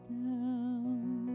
down